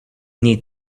need